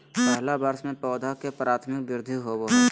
पहला वर्ष में पौधा के प्राथमिक वृद्धि होबो हइ